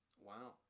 Wow